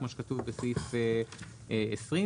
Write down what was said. כמו שכתוב בסעיף 20,